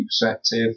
perspective